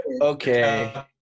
Okay